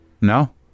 No